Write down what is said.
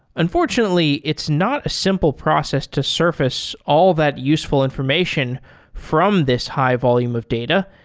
unfortunately, it's not a simple process to surface all that useful information from this high volume of data.